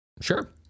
Sure